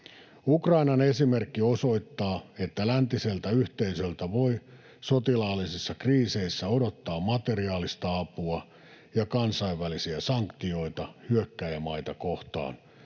Ukrainan esimerkki osoittaa, että läntiseltä yhteisöltä voi sotilaallisissa kriiseissä odottaa materiaalista apua ja kansainvälisiä sanktioita hyökkääjämaita kohtaan,